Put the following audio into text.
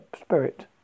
spirit